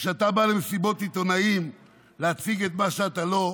וכשאתה בא למסיבות עיתונאים להציג את מה שאתה לא,